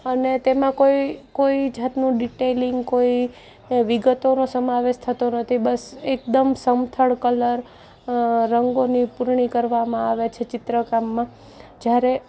અને તેમાં કોઈ કોઈ જાતનું ડિટેલિંગ કોઈ વિગતોનો સમાવેશ થતો નથી બસ એકદમ સમથળ કલર રંગોની પૂરણી કરવામાં આવે છે ચિત્રકામમાં જ્યારે